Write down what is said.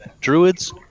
Druids